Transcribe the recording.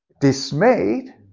dismayed